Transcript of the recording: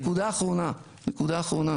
נקודה אחרונה מניעות,